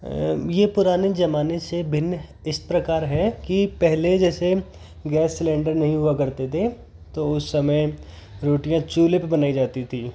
यह पुराने जमाने से पहले भिन्न इस प्रकार है की पहले जैसे गैस सिलेंडर नहीं हुआ करते थे तो उस समय रोटियाँ चूल्हे पर बनाई जाती थी